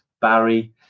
Barry